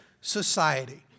society